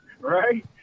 Right